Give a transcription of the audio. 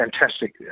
fantastic